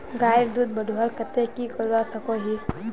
गायेर दूध बढ़वार केते की करवा सकोहो ही?